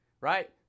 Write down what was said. right